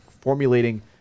formulating